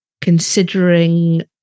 Considering